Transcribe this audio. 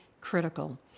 critical